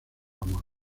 amor